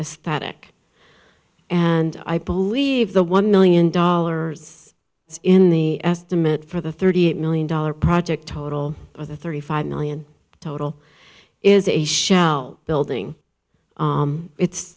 aesthetic and i believe the one million dollars in the estimate for the thirty eight million dollars project total of the thirty five million total is a shell building it's